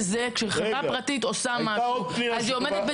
כשחברה פרטית עושה משהו אז היא עומדת בזמנים